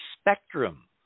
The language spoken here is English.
spectrum